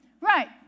Right